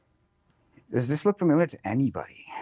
does this look familiar to anybody?